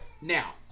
Now